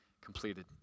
completed